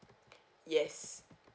yes